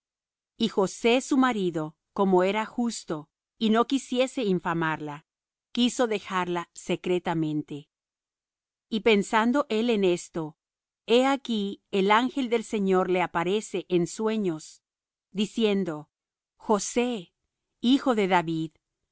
y josé su marido como era justo y no quisiese infamarla quiso dejarla secretamente y pensando él en esto he aquí el ángel del señor le aparece en sueños diciendo josé hijo de david